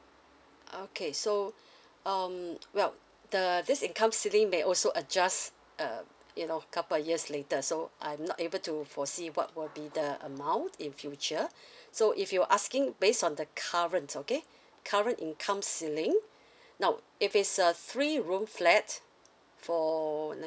okay so um well the this income ceiling may also adjust uh you know a couple of years later so I'm not able to foresee what will be the amount in future so if you were asking based on the current okay current income ceiling now if it's a three room flat for